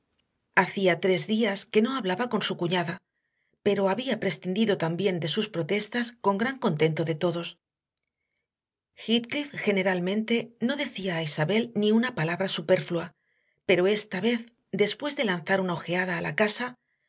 hacía tres días que no hablaba con su cuñada pero había prescindido también de sus protestas con gran contento de todos heathcliff generalmente no decía a isabel ni una palabra superflua pero esta vez después de lanzar una ojeada a la casa